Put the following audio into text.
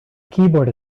keyboard